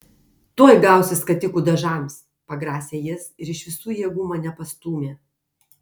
tuoj gausi skatikų dažams pagrasė jis ir iš visų jėgų mane pastūmė